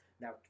Now